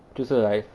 就是 like